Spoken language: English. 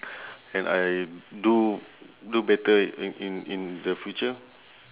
then I do do better in in in the future